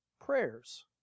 prayers